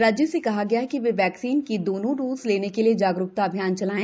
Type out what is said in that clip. राज्यों से कहा गया है कि वे वैक्सीन की दोनों डोज लेने के लिए जागरूकता अभियान चलाएं